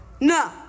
No